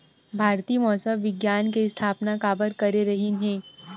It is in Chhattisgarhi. भारती मौसम विज्ञान के स्थापना काबर करे रहीन है?